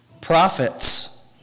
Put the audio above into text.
Prophets